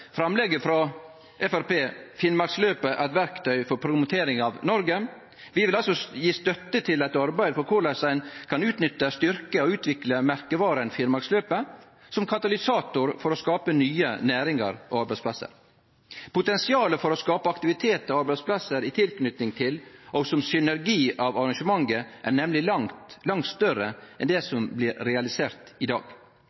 framlegget frå Framstegspartiet: «Finnmarksløpet – Et verktøy for promotering av Norge». Vi vil altså gje støtte til eit arbeid for korleis ein kan utnytte, styrkje og utvikle merkevara Finnmarksløpet som katalysator for å skape nye næringar og arbeidsplassar. Potensialet for å skape aktivitet og arbeidsplassar i tilknyting til og som synergi av arrangementet er nemleg langt større enn det